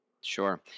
Sure